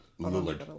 Lillard